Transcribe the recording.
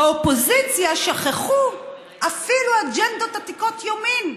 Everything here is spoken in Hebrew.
באופוזיציה שכחו אפילו אג'נדות עתיקות יומין.